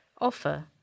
offer